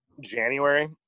January